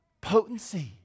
potency